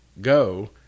go